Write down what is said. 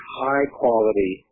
high-quality